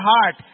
heart